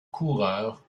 coureurs